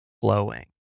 flowing